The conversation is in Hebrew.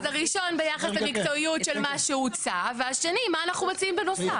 אז הראשון ביחס למקצועיות של מה שהוצע והשני מה אנחנו מציעים בנוסף.